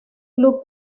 club